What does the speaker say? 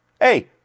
Hey